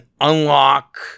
unlock